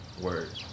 Words